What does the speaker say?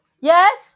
Yes